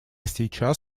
сейчас